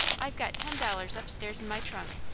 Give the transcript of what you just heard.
i've got ten dollars upstairs in my trunk,